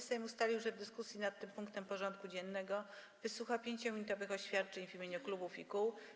Sejm ustalił, że w dyskusji nad tym punktem porządku dziennego wysłucha 5-minutowych oświadczeń w imieniu klubów i kół.